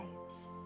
lives